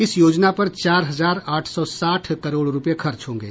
इस योजना पर चार हजार आठ सौ साठ करोड़ रुपए खर्च होंगे